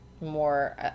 more